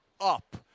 up